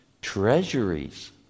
Treasuries